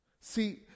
See